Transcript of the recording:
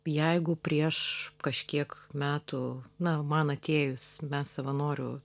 jeigu prieš kažkiek metų na man atėjus mes savanorių